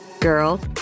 Girl